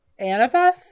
Annabeth